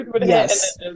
Yes